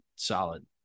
solid